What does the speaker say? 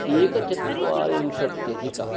एकचत्वारिंशत्यधिक